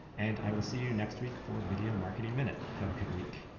and i will see you next week for video marketing minute. have a good week.